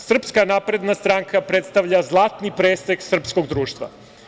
Srpska napredna stranka predstavlja zlatni presek srpskog društva.